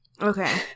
Okay